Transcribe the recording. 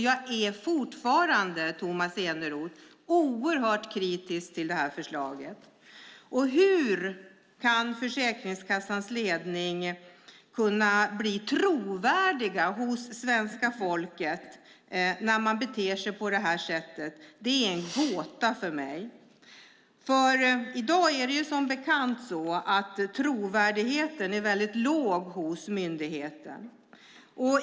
Jag är fortfarande, Tomas Eneroth, oerhört kritisk till förslaget. Hur kan Försäkringskassans ledning bli trovärdig hos svenska folket när den beter sig på det här sättet? Det är en gåta för mig. Trovärdigheten är som bekant väldigt låg för myndigheten.